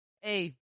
Hey